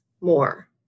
more